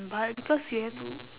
but because you had to